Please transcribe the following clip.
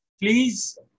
Please